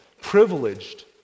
privileged